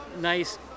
nice